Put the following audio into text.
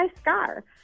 scar